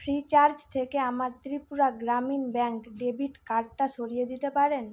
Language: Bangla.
ফ্রিচার্জ থেকে আমার ত্রিপুরা গ্রামীণ ব্যাঙ্ক ডেবিট কার্ডটা সরিয়ে দিতে পারেন